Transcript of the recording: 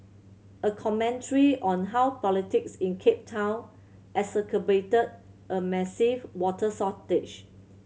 a commentary on how politics in Cape Town exacerbated a massive water shortage